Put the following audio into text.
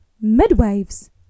midwives